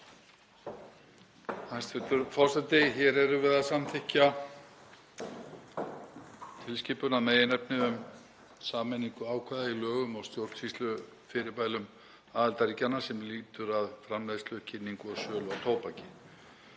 Hæstv. forseti. Hér erum við að samþykkja tilskipun að meginefni um sameiningu ákvæða í lögum og stjórnsýslufyrirmælum aðildarríkjanna sem lýtur að framleiðslu, kynningu og sölu á tóbaki.